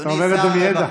אתה אומר את זה מידע.